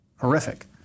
horrific